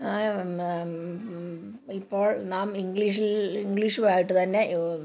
ഇപ്പോൾ നാം ഇംഗ്ലീഷിൽ ഇംഗ്ലീഷുമായിട്ടു തന്നെ